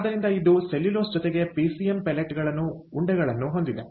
ಆದ್ದರಿಂದ ಇದು ಸೆಲ್ಯುಲೋಸ್ ಜೊತೆಗೆ ಪಿಸಿಎಂ ಪೆಲೆಟ್ ಗಳನ್ನು ಉಂಡೆಗಳನ್ನು ಹೊಂದಿದೆ